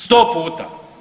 100 puta.